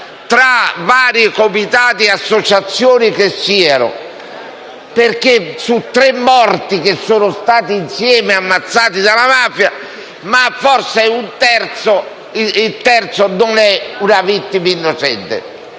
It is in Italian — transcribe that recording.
tra vari comitati o associazioni che siano, perché su tre morti ammazzati dalla mafia, forse il terzo non è una vittima innocente: